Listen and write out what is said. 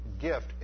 gift